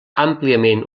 àmpliament